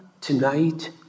tonight